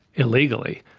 illegally.